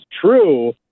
true